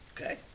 Okay